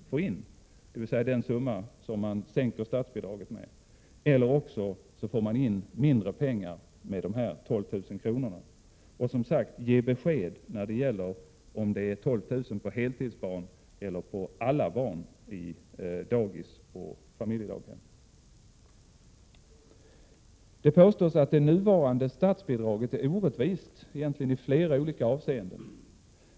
tas in — dvs. den summa som man sänker statsbidraget med — eller också får man in mindre pengar med de här 12 000 kronorna. Som sagt: Ge besked om huruvida de 12 000 kronorna gäller heltidsbarn eller alla barn på dagis och i familjedaghem! Det påstås att det nuvarande statsbidraget är orättvist i egentligen flera olika avseenden.